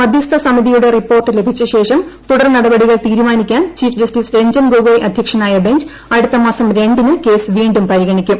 മധൃസ്ഥ സമിതിയുടെ റിപ്പോർട്ട് ലഭിച്ചശേഷം തുടർനടപടികൾ തീരുമാനിക്കാൻ ചീഫ് ജ്യസ്റ്റിസ് രഞ്ജൻ ഗൊഗോയ് അധ്യക്ഷനായ ബെഞ്ച് അട്ടുത്ത്ര്മാസം രണ്ടിന് കേസ് വീണ്ടും പരിഗണിക്കും